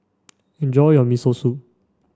enjoy your Miso Soup